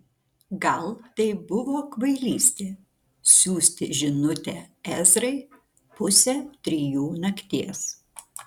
gal tai buvo kvailystė siųsti žinutę ezrai pusę trijų nakties